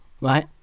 right